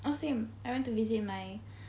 oh same I went to visit my